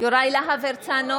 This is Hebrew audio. יוראי להב הרצנו,